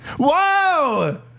Whoa